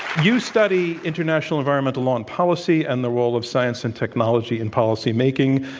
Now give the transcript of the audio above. you study international environmental law and policy, and the role of science and technology in policymaking.